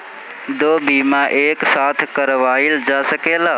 दो बीमा एक साथ करवाईल जा सकेला?